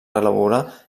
elaborar